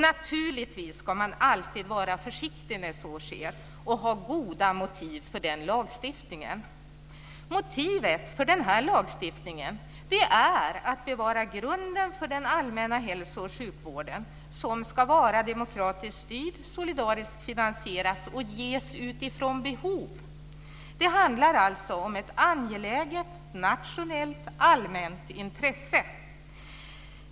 Naturligtvis ska man alltid vara försiktig när detta sker, och ha goda motiv för lagstiftningen. Motivet för denna lagstiftning är att bevara grunden för den allmänna hälso och sjukvården som ska vara demokratiskt styrd, solidariskt finansierad och ges utifrån behov. Det handlar alltså om ett angeläget och nationellt allmänt intresse.